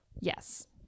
yes